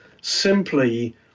Simply